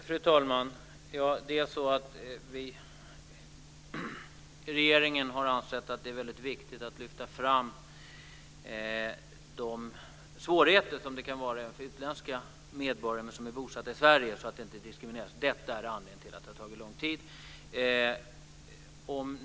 Fru talman! Regeringen har ansett att det är väldigt viktigt att lyfta fram de svårigheter som kan finnas så att utländska medborgare som är bosatta i Sverige inte diskrimineras. Detta är anledningen till att det har tagit lång tid.